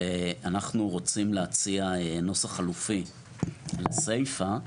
ואנחנו רוצים להציע נוסח חלופי לסיפה,